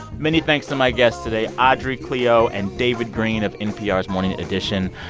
many thanks to my guests today, audrey cleo and david greene of npr's morning edition.